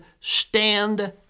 stand